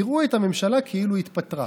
יראו את הממשלה כאילו התפטרה.